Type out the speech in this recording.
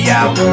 out